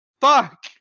fuck